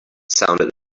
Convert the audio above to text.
sounded